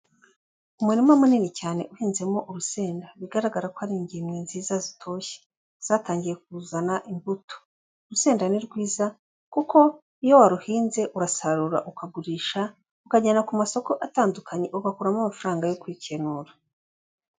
Umurima munini cyane uhinzemo urusenda bigaragara ko ari ingemwe nziza zitoshye, zatangiye kuzana imbuto. Urusenda ni rwiza kuko iyo waruhinze urasarura ukagurisha ukajyana ku masoko atandukanye, ugakuramo amafaranga yo kwikenura.